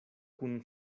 kun